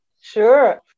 Sure